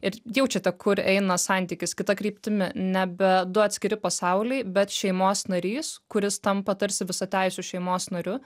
ir jaučiate kur eina santykis kita kryptimi nebe du atskiri pasauliai bet šeimos narys kuris tampa tarsi visateisiu šeimos nariu